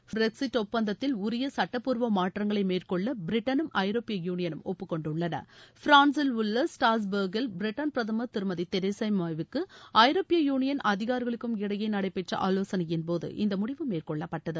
Brexit ஒப்பந்தத்தில் உரிய சுட்டப்பூர்வ மாற்றங்களை மேற்கொள்ள பிரிட்டனும் ஐரோப்பிய யூனியனும் ஒப்புக்கொண்டுள்ளன ஃபிரான்சில் உள்ள ஸ்டார்ஸ்பெர்க்கில் பிரிட்டன் பிரதமர் திருமதி தெரசா மேவுக்கும் ஐரோப்பிய யூளியன் அதிகாரிகளுக்கும் இடையே நடைபெற்ற ஆலோசனையின்போது இந்த முடிவு மேற்கொள்ளப்பட்டது